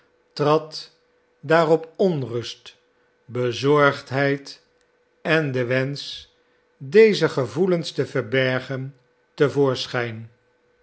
trad daarop onrust bezorgdheid en de wensch deze gevoelens te verbergen